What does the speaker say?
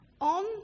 On